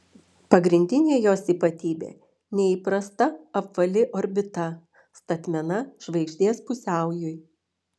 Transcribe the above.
pagrindinė jos ypatybė neįprasta apvali orbita statmena žvaigždės pusiaujui